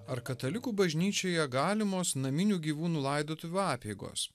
ar katalikų bažnyčioje galimos naminių gyvūnų laidotuvių apeigos